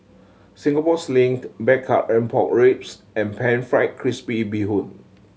Singapore Sling Blackcurrant Pork Ribs and Pan Fried Crispy Bee Hoon